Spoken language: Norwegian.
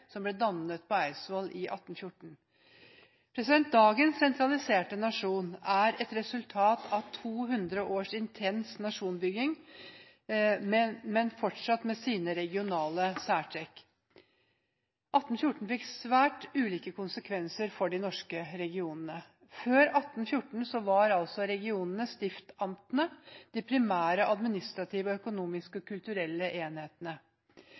som ble dannet på Eidsvoll i 1814. Dagens sentraliserte nasjon er et resultat av 200 års intens nasjonsbygging, men har fortsatt sine regionale særtrekk. 1814 fikk svært ulike konsekvenser for de norske regionene. Før 1814 var regionene – stiftamtene – de primære administrative, økonomiske og kulturelle enhetene.